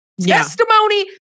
Testimony